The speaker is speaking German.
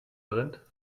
brennt